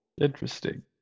Interesting